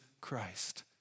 Christ